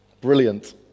brilliant